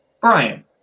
Brian